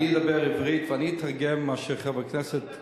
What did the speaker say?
אני אדבר עברית, ואני אתרגם מה שחברי כנסת,